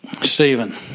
Stephen